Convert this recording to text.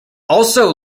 also